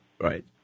right